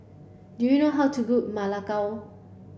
do you know how to cook Ma Lai Gao